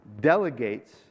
delegates